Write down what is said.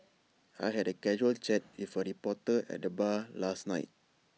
I had A casual chat with A reporter at the bar last night